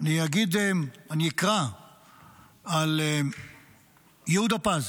אני אגיד, אני אקרא על יהודה פז,